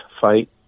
fight